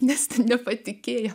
nes nepatikėjo